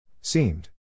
Seemed